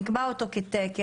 נקבע אותו כתקן,